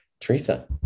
teresa